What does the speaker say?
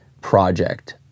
project